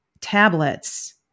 tablets